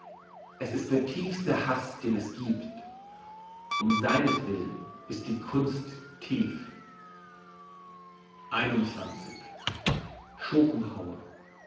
es ist der tiefste hass den es giebt um seinetwillen ist die kunst tief schopenhauer